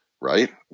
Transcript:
right